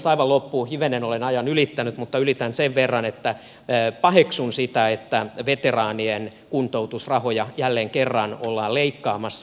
aivan loppuun hivenen olen ajan ylittänyt mutta ylitän sen verran että paheksun sitä että veteraanien kuntoutusrahoja jälleen kerran ollaan leikkaamassa